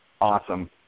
Awesome